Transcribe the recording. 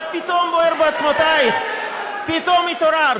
אז זה פתאום בוער בעצמותייך, פתאום התעוררת.